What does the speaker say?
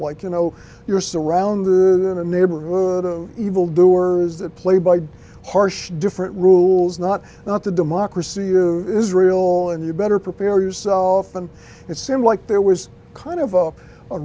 like you know you're surround the neighborhood of evil doers that play by harsh different rules not not to democracy you israel and you better prepare yourself and it seemed like there was kind of a